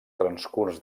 transcurs